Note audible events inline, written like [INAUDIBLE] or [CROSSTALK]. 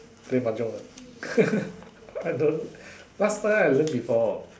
play Majong ah [LAUGHS] I don't last time I learn before